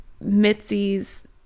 Mitzi's